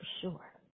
sure